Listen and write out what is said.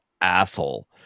asshole